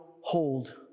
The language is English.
hold